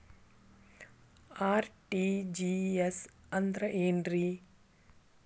RTGS ಅಂದ್ರ ಏನ್ರಿ?